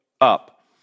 up